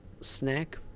snack